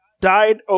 died